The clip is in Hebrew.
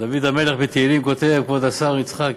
דוד המלך בתהילים כותב, כבוד השר יצחק,